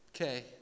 okay